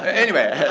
ah anyway,